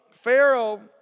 Pharaoh